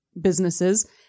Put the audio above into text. businesses